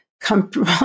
comfortable